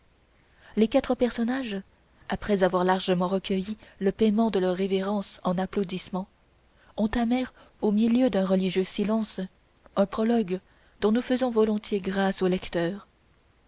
les quatre personnages après avoir largement recueilli le paiement de leurs révérences en applaudissements entamèrent au milieu d'un religieux silence un prologue dont nous faisons volontiers grâce au lecteur